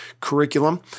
curriculum